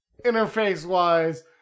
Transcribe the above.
Interface-wise